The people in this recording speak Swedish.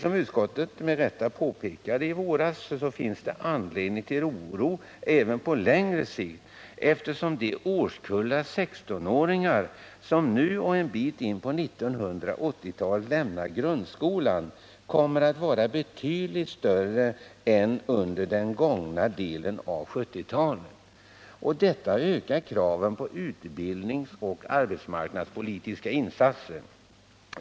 Som utskottet med rätta påpekade i våras finns det anledning till oro även på längre sikt, eftersom de årskullar av 16-åringar som nu och en bit in på 1980-talet lämnar grundskolan kommer att vara betydligt större än motsvarande årskullar under den gångna delen av 1970-talet. Detta ökar kraven på utbildningsoch arbetsmarknadspolitiska insatser.